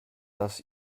dass